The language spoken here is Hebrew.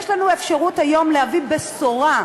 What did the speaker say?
יש לנו אפשרות היום להביא בשורה,